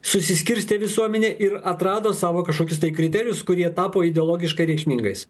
susiskirstė visuomenė ir atrado savo kažkokius tai kriterijus kurie tapo ideologiškai reikšmingais